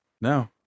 No